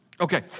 Okay